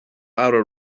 fhearadh